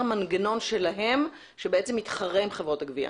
מנגנון שלהם שמתחרה עם חברות הגבייה.